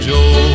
Joe